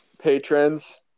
patrons